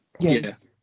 Yes